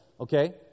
okay